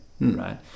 right